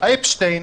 אפשטיין,